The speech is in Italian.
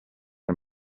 dal